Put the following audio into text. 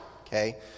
okay